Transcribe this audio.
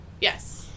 Yes